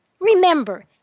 Remember